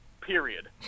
Period